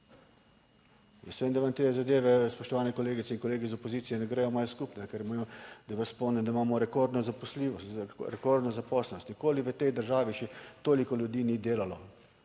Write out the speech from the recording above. Jaz vem, da vam te zadeve, spoštovane kolegice in kolegi, iz opozicije ne gredo malo skupnega, ker imajo, da vas spomnim, da imamo rekordno zaposljivost, rekordno zaposlenost, nikoli v tej državi še toliko ljudi ni delalo.